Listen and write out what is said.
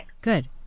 Good